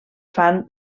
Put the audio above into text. fan